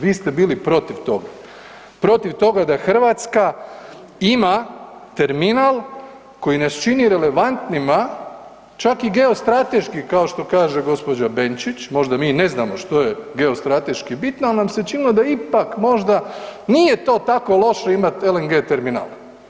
Vi ste bili protiv toga, protiv toga da Hrvatska ima terminal koji nas čini relevantnima čak i geostrateški kao što kaže gđa. Benčić, možda mi ne znamo što je geostrateški bitno, al nam se učinilo da ipak možda nije to tako loše imat LNG terminal.